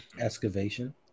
excavation